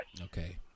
Okay